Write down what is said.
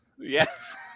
Yes